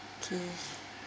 okay